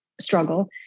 struggle